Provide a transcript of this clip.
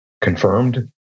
confirmed